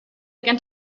again